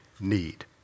need